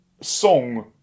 song